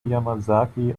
yamazaki